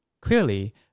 Clearly